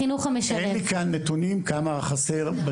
החינוך המשלב.) אין לי כאן נתונים כמה חסר.